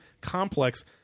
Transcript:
complex